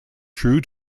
true